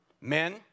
Men